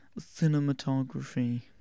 Cinematography